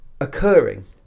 occurring